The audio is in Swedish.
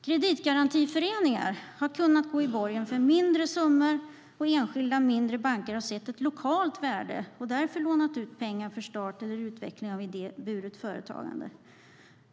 Kreditgarantiföreningar har kunnat gå i borgen för mindre summor, och enskilda mindre banker har sett ett lokalt värde och därför lånat ut pengar för start eller utveckling av idéburet företagande.